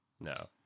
No